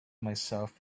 myself